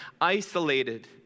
isolated